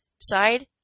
side